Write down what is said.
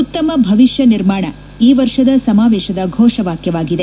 ಉತ್ತಮ ಭವಿಷ್ಣ ನಿರ್ಮಾಣ ಈ ವರ್ಷದ ಸಮಾವೇಶದ ಘೋಷವಾಕ್ತವಾಗಿದೆ